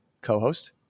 co-host